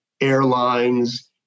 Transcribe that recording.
airlines